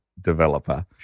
developer